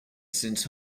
since